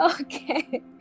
Okay